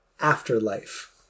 afterlife